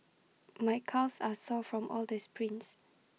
my calves are sore from all the sprints